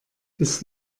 ist